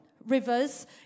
rivers